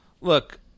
Look